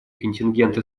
контингенты